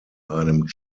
einem